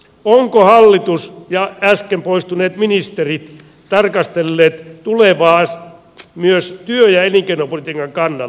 ovatko hallitus ja äsken poistuneet ministerit tarkastelleet tulevaa myös työ ja elinkeinopolitiikan kannalta